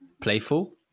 playful